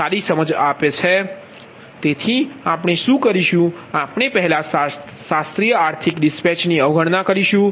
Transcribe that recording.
તેથી આપણે શું કરીશું આપણે પહેલા શાસ્ત્રીય આર્થિક રવાનગી ની અવગણના કરીશુ